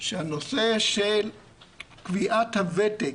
שהנושא של קביעת הוותק,